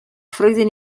freuden